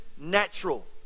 natural